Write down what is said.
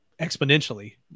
exponentially